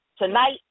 Tonight